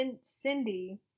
Cindy